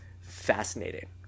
fascinating